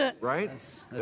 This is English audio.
right